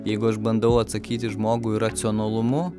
jeigu aš bandau atsakyti žmogui racionalumu